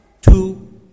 two